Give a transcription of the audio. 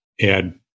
add